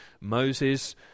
Moses